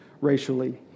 racially